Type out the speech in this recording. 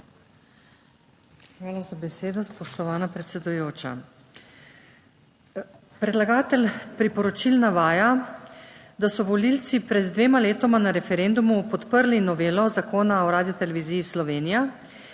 Hvala za besedo, spoštovana predsedujoča. Predlagatelj priporočil navaja, da so volivci pred dvema letoma na referendumu podprli novelo Zakona o Radioteleviziji Slovenija,